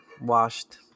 washed